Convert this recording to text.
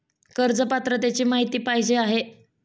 कर्ज पात्रतेची माहिती पाहिजे आहे?